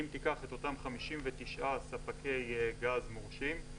אם תיקח את אותם 59 ספקי גז מורשים,